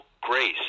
grace